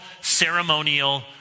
ceremonial